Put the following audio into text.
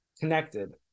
connected